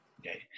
Okay